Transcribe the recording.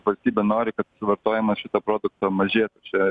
valstybė nori kad vartojimas šito produkto mažėtų čia